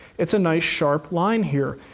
it's a nice sharp line here.